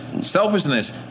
Selfishness